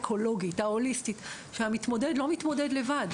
האקולוגית ההוליסטית שהמתמודד לא מתמודד לבד.